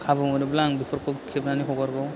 खाबुमोनोब्ला आं बेफोरखौ खेबनानै हगारगौ